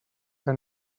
que